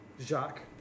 Jacques